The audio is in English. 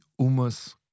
umas